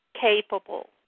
capable